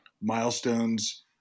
milestones